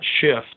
shift